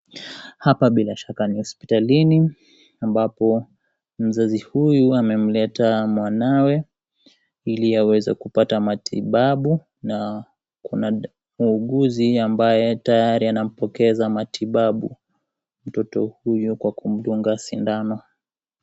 Hapa bila shaka ni hospitalini ambapo mzazi huyu amemleta mwanawe ili aweze kupata matibabu na kuna mwuguzi ambaye tayari anampokeza matibabu mtoto huyo kwa kumdunga sindano.